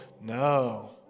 No